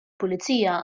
pulizija